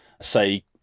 say